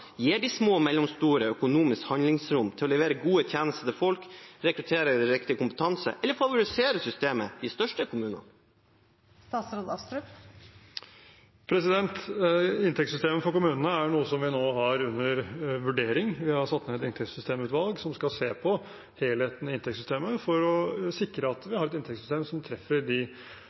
gir de små og mellomstore økonomisk handlingsrom til å levere gode tjenester til folk, rekruttere riktig kompetanse, eller favoriserer systemet de største kommunene? Inntektssystemet for kommunene er noe som vi nå har under vurdering. Vi har satt ned et inntektssystemutvalg som skal se på helheten i inntektssystemet for å sikre at vi har et inntektssystem som treffer de